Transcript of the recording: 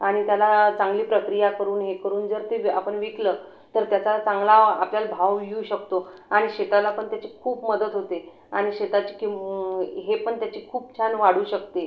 आणि त्याला चांगली प्रक्रिया करून हे करून जर ते जर आपन विकलं तर त्याचा चांगला आपल्याला भाव येऊ शकतो आणि शेताला पण त्याची खूप मदत होते आणि शेताची किंम् हे पण त्याची खूप छान वाढू शकते